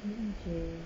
mm mm okay